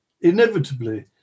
inevitably